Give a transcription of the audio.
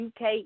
UK